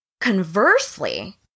Conversely